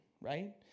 right